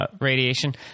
Radiation